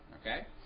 okay